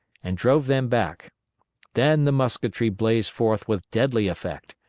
and drove them back then the musketry blazed forth with deadly effect,